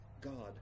God